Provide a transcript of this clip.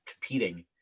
competing